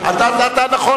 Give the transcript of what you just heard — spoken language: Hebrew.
נכון,